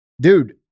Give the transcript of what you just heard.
dude